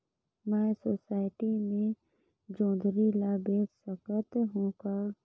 मैं सोसायटी मे जोंदरी ला बेच सकत हो का?